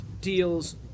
deals